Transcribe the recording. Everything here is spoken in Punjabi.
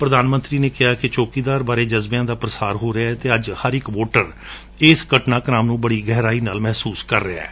ਪ੍ਰਧਾਨ ਮੰਤਰੀ ਨੇ ਕਿਹਾ ਕਿ ਚੌਕੀਦਾਰ ਬਾਰੇ ਜਜ਼ਬਿਆਂ ਦਾ ਪ੍ਰਸਾਰ ਹੋ ਰਿਹੈ ਅਤੇ ਅੱਜ ਹਰ ਇਕ ਵੋਟਰ ਇਸ ਘਟਨਾਕੁਮ ਨੰ ਬੜੀ ਗਹਿਰਾਈ ਨਾਲ ਮਹਿਸੁਸ ਵੀ ਕਰ ਰਿਹੈ